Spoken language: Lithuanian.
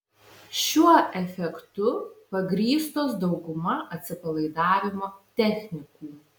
šiuo efektu pagrįstos dauguma atsipalaidavimo technikų